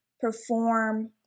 perform